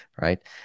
right